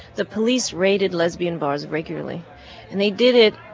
the police raided lesbian bars regularly and they did it,